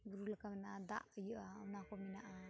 ᱵᱩᱨᱩ ᱞᱮᱠᱟ ᱢᱮᱱᱟᱜᱼᱟ ᱫᱟᱜ ᱤᱭᱟᱹᱜᱼᱟ ᱚᱱᱟ ᱠᱚ ᱢᱮᱱᱟᱜᱼᱟ